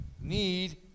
Need